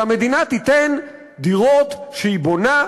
שהמדינה תיתן דירות שהיא בונה,